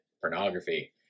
pornography